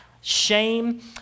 shame